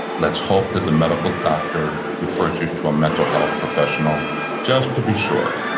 let's hope that the medical doctor refers you to a mental health professional just to be sure.